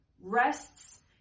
rests